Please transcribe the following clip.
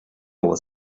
was